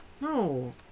no